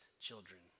children